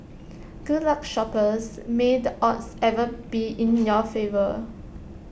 good luck shoppers may the odds ever be in your favour